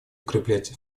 укреплять